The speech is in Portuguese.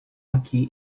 aqui